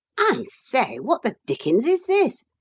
i say! what the dickens is this?